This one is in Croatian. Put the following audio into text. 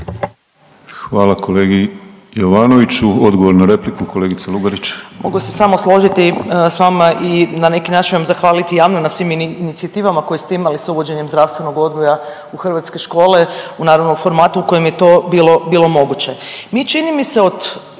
Hvala kolegi Jovanoviću. Odgovor na repliku kolegice Lugarić. **Lugarić, Marija (SDP)** Mogu se samo složiti sa vama i na neki način vam zahvaliti javno na svim inicijativama koje ste imali sa uvođenjem zdravstvenog odgoja u hrvatske škole, u naravno formatu u kojem je to bilo moguće. Mi čini mi se od,